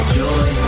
joy